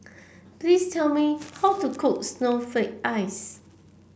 please tell me how to cook Snowflake Ice